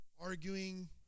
arguing